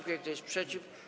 Kto jest przeciw?